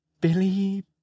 Billy